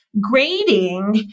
Grading